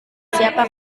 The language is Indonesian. siapa